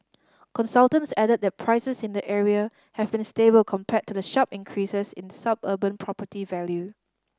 consultants added that prices in the area have been stable compared to the sharp increases in suburban property value